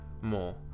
more